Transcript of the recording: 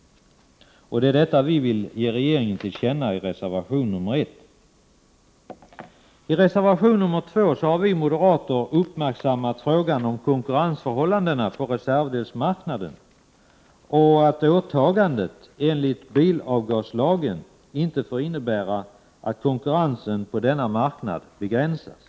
Det är detta vi vill ge regeringen till känna, vilket vi framför i reservation nr 1. I reservation 2 har vi moderater uppmärksammat frågan om konkurrens = Prot. 1988/89:120 förhållandena på reservdelsmarknaden och att åtagandet enligt bilavgasla 24 maj 1989 gen inte får innebära att konkurrensen på denna marknad begränsas.